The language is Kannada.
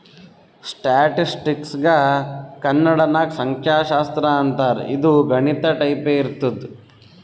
ಸ್ಟ್ಯಾಟಿಸ್ಟಿಕ್ಸ್ಗ ಕನ್ನಡ ನಾಗ್ ಸಂಖ್ಯಾಶಾಸ್ತ್ರ ಅಂತಾರ್ ಇದು ಗಣಿತ ಟೈಪೆ ಇರ್ತುದ್